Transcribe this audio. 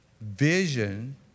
vision